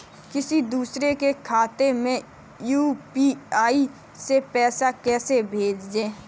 किसी दूसरे के खाते में यू.पी.आई से पैसा कैसे भेजें?